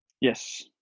Yes